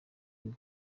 biba